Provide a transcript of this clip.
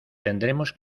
tendremos